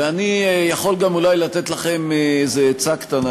ואני יכול גם אולי לתת לכם איזו עצה קטנה,